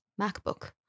MacBook